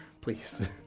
please